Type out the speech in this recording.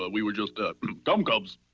ah we were just ah gum-gums.